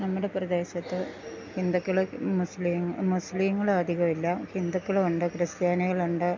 നമ്മുടെ പ്രദേശത്ത് ഹിന്ദുക്കൾ മുസ്ലിം മുസ്ലിങ്ങൾ അധികം ഇല്ല ഹിന്ദുക്കൾ ഉണ്ട് ക്രിസ്ത്യാനികൾ ഉണ്ട്